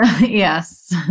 Yes